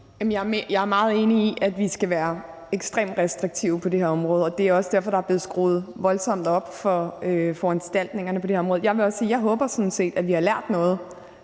Jeg er meget enig i, at vi skal være ekstremt restriktive på det her område, og det er også derfor, der er blevet skruet voldsomt op for foranstaltningerne på det her område. Jeg vil også sige, at jeg sådan set håber, at vi har lært noget